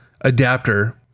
adapter